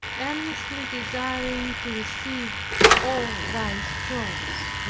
earnestly desiring to receive all thy strokes.